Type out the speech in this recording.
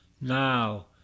now